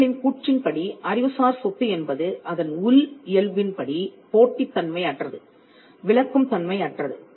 அவர்களின் கூற்றின் படி அறிவுசார் சொத்து என்பது அதன் உள் இயல்பின்படி போட்டித் தன்மை அற்றது விலக்கும் தன்மையற்றது